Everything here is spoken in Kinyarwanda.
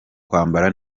kwambara